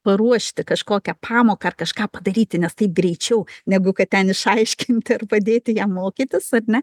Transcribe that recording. paruošti kažkokią pamoką ar kažką padaryti nes taip greičiau negu kad ten išaiškinti ar padėti jam mokytis ar ne